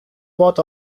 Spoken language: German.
wort